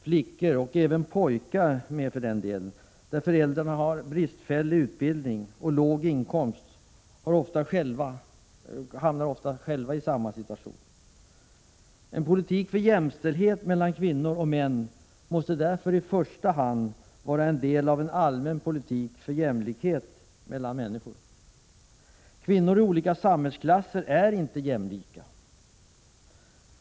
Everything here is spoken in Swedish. Flickor — och även pojkar med för den delen — från familjer där föräldrarna har en bristfällig utbildning och låg inkomst hamnar ofta själva i samma situation. En politik för jämställdhet mellan kvinnor och män måste därför i första hand vara en del av en allmän politik för jämlikhet mellan alla människor. Kvinnor i olika samhällsklasser är inte jämlika.